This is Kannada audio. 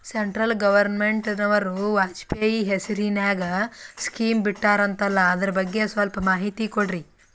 ಸೆಂಟ್ರಲ್ ಗವರ್ನಮೆಂಟನವರು ವಾಜಪೇಯಿ ಹೇಸಿರಿನಾಗ್ಯಾ ಸ್ಕಿಮ್ ಬಿಟ್ಟಾರಂತಲ್ಲ ಅದರ ಬಗ್ಗೆ ಸ್ವಲ್ಪ ಮಾಹಿತಿ ಕೊಡ್ರಿ?